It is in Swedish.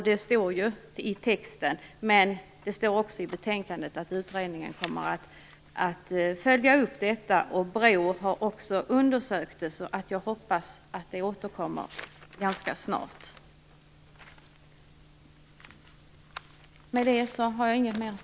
Det står i betänkandet att utredningen kommer att följa upp detta, och BRÅ har också undersökt det, så jag hoppas att det återkommer ganska snart.